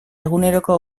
eguneroko